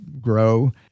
grow